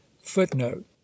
Footnote